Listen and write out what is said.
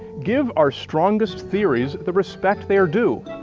give our strongest theories the respect they are due.